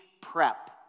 prep